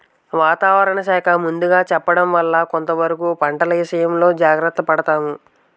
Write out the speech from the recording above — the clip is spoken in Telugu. వాతావరణ శాఖ ముందుగా చెప్పడం వల్ల కొంతవరకు పంటల ఇసయంలో జాగర్త పడతాము